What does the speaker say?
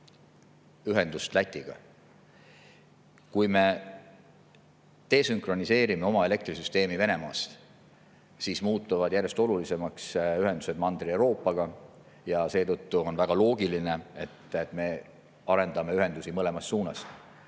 ühendust Lätiga. Kui me desünkroniseerime oma elektrisüsteemi Venemaast, siis muutuvad järjest olulisemaks ühendused Mandri-Euroopaga ja seetõttu on väga loogiline, et me arendame ühendusi mõlemas suunas: